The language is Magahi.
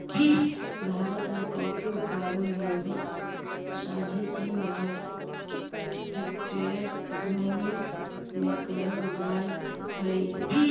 भारत में कॉफी उत्पादन लगभग साढ़े तीन लाख हेक्टेयर भूमि में करल जाइत हई